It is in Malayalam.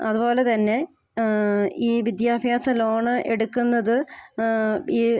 അത്പോലെ തന്നെ ഈ വിദ്യാഭ്യാസ ലോണ് എടുക്കുന്നത് ഈ